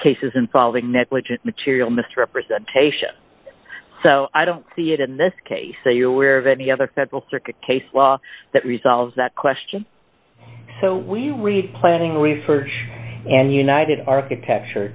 cases involving negligent material misrepresentation so i don't see it in this case that you're aware of any other federal circuit case law that resolves that question so we read planning research and united architecture